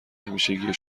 همیشگی